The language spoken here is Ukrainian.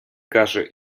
каже